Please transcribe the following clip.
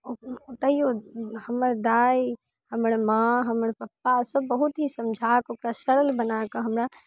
तैयो हमर दाइ हमर माँ हमर पप्पा सब बहुत ही समझाके ओकरा सरल बनाके हमरा